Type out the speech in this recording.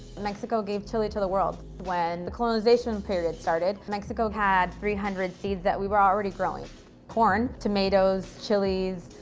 mexico gave chili to the world. when the colonization period started, mexico had three hundred seeds that we were already growing corn, tomatoes, chilies.